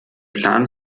plan